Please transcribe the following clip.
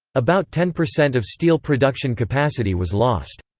about ten percent of steel production capacity was lost.